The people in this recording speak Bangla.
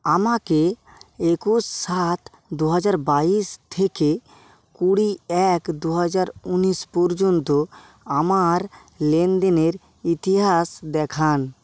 আমাকে একুশ সাত দু হাজার বাইশ থেকে কুড়ি এক দু হাজার উনিশ পর্যন্ত আমার লেনদেনের ইতিহাস দেখান